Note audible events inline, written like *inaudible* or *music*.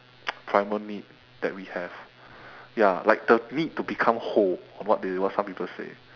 *noise* primal need that we have ya like the need to become whole or what they want some people say